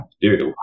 dude